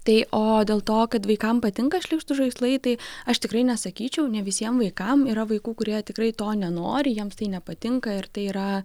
tai o dėl to kad vaikam patinka šlykštūs žaislai tai aš tikrai nesakyčiau ne visiem vaikam yra vaikų kurie tikrai to nenori jiems tai nepatinka ir tai yra